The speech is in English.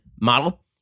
model